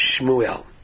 Shmuel